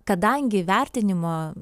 kadangi vertinimo